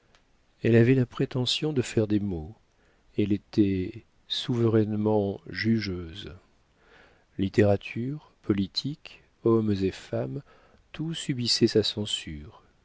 elle avait la prétention de faire des mots elle était souverainement jugeuse littérature politique hommes et femmes tout subissait sa censure